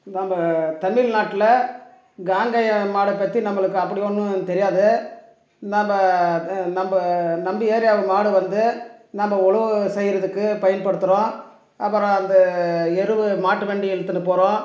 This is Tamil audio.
நம்ம தமிழ் நாட்டில் காங்கேயன் மாடை பற்றி நம்மளுக்கு அப்படி ஒன்றும் தெரியாது நம்ம நம்ம நம்பி ஏரியாவில் மாடு வந்து நம்ம ஒழவு செய்கிறதுக்கு பயன்படுத்துகிறோம் அப்புறம் அந்த எரு மாட்டு வண்டி இழுத்துன்னு போகிறோம்